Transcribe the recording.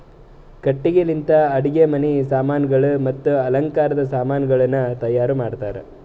ಕಟ್ಟಿಗಿ ಲಿಂತ್ ಅಡುಗಿ ಮನಿ ಸಾಮಾನಗೊಳ್ ಮತ್ತ ಅಲಂಕಾರದ್ ಸಾಮಾನಗೊಳನು ತೈಯಾರ್ ಮಾಡ್ತಾರ್